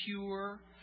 pure